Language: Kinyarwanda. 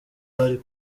bari